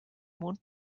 mond